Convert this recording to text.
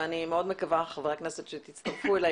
ואני מאוד מקווה חברי הכנסת שתצטרפו אלי,